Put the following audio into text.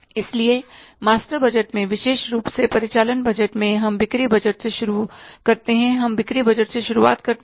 इसलिए master budget में विशेष रूप से परिचालन बजट में हम बिक्री बजट से शुरू करते हैं हम बिक्री बजट से शुरुआत करते हैं